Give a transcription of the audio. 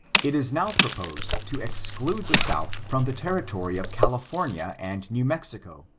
it is now proposed to exclude the south from the territory of california and new mexico,